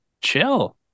chill